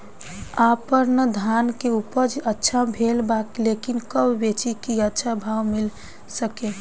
आपनधान के उपज अच्छा भेल बा लेकिन कब बेची कि अच्छा भाव मिल सके?